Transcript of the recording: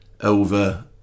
over